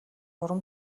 уран